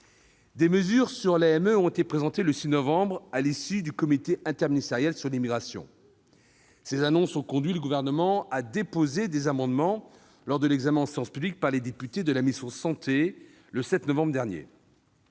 Des mesures sur l'AME ont été présentées le 6 novembre dernier, à l'issue du comité interministériel sur l'immigration. Ces annonces ont conduit le Gouvernement à déposer des amendements, lors de l'examen en séance publique par les députés, de la mission « Santé », le 7 novembre dernier.